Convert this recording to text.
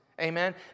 Amen